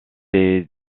est